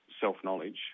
self-knowledge